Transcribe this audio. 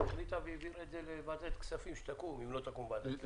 החליטה והעבירה את זה לוועדת הכספים שתקום אם לא תקום ועדת הכלכלה.